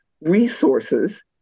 resources